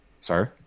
Sorry